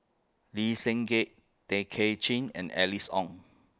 Lee Seng Gee Tay Kay Chin and Alice Ong